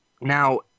Now